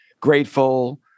grateful